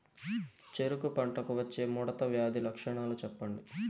చెరుకు పంటకు వచ్చే ముడత వ్యాధి లక్షణాలు చెప్పండి?